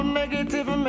negative